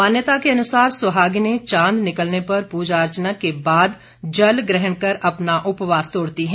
मान्यता के अनुसार सुहागिनें चांद निकलने पर पूजा अर्चना के बाद जल ग्रहण कर अपना उपवास तोड़ती है